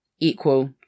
equal